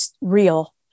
real